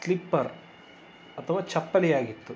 slipper ಅಥವಾ ಚಪ್ಪಲಿ ಆಗಿತ್ತು